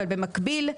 אבל במקביל,